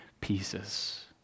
pieces